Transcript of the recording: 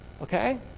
okay